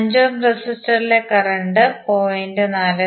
5 ohm റെസിസ്റ്റൻസിലെ current 0